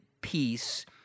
peace